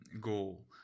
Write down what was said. goal